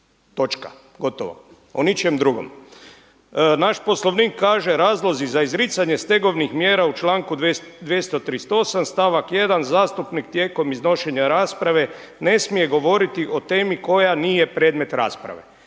u NN. Gotovo o ničem drugom. Naš Poslovnik kaže razlozi za izricanje stegovnih mjera u članku 238. stavak 1. zastupnik tijekom iznošenja rasprave ne smije govoriti o temi koja nije predmet rasprave.